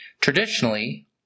Traditionally